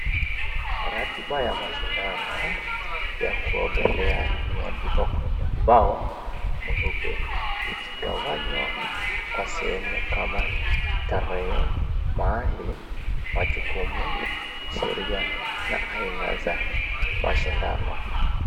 Ratiba ya mshindano ya kuogelea imeandikwa kwenye ubao mweupe, ikigawanywa kwa sehemu kama tarehe, mahali, majukumu, sheria na aina za mashindano.